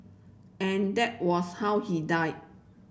and that was how he died